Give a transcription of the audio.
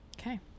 Okay